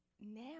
now